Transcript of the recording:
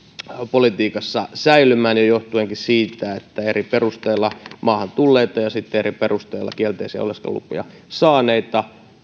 politiikassa säilymään johtuenkin siitä että eri perusteilla maahan tulleiden ja sitten eri perusteilla kielteisiä oleskelulupia saaneiden